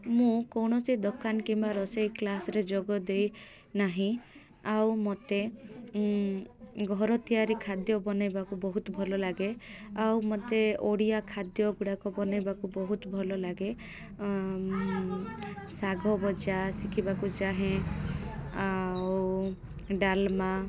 ମୁଁ କୌଣସି ଦୋକାନ କିମ୍ବା ରୋଷେଇ କ୍ଲାସ୍ରେ ଯୋଗ ଦେଇ ନାହିଁ ଆଉ ମୋତେ ଘର ତିଆରି ଖାଦ୍ୟ ବନାଇବାକୁ ବହୁତ ଭଲ ଲାଗେ ଆଉ ମୋତେ ଓଡ଼ିଆ ଖାଦ୍ୟ ଗୁଡ଼ାକ ବନାଇବାକୁ ବହୁତ ଭଲ ଲାଗେ ଶାଗ ଭଜା ଶିଖିବାକୁ ଚାହେଁ ଆଉ ଡାଲମା